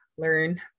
learn